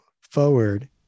forward